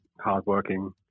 hardworking